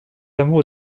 amour